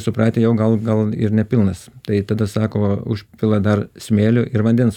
supratę jau gal gal ir nepilnas tai tada sako užpila dar smėlio ir vandens